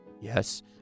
Yes